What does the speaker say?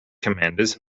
commanders